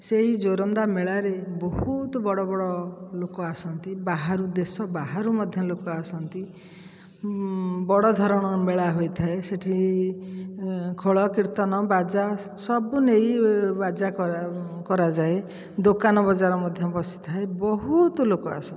ସେଇ ଜୋରନ୍ଦା ମେଳାରେ ବହୁତ ବଡ଼ ବଡ଼ ଲୋକ ଆସନ୍ତି ବାହାରୁ ଦେଶ ବାହାରୁ ମଧ୍ୟ ଲୋକ ଆସନ୍ତି ବଡ଼ ଧରଣ ମେଳା ହୋଇଥାଏ ସେଇଠି ଖୋଳ କୀର୍ତ୍ତନ ବାଜା ସବୁ ନେଇ ବାଜା କରାଯାଏ ଦୋକାନ ବଜାର ମଧ୍ୟ ବସିଥାଏ ବହୁତ ଲୋକ ଆସନ୍ତି